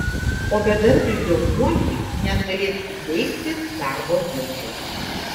o bedarbiui jaunuoliui net galės įteikti darbo birža